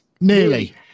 nearly